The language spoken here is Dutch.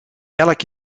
elk